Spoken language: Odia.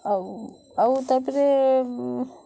ଆଉ ଆଉ ତା'ପରେ